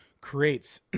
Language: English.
creates